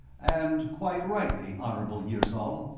and quite rightly, honorable yirzol,